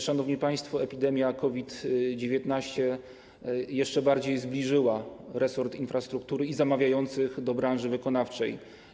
Szanowni państwo, epidemia COVID-19 jeszcze bardziej zbliżyła resort infrastruktury i zamawiających do branży wykonawczej.